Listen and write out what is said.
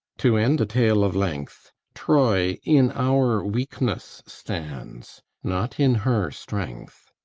to end a tale of length, troy in our weakness stands, not in her strength.